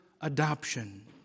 adoption